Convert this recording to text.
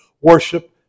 worship